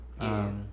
Yes